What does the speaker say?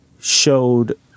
showed